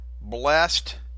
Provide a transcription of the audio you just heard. blessed